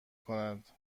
کند